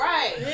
Right